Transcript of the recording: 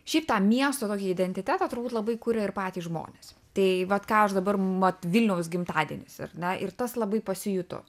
šiaip to miesto identitetą turbūt labai kuria ir patys žmonės tai vat ką aš dabar mat vilniaus gimtadienis ar ne ir tas labai pasijuto